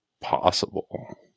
possible